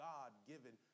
God-given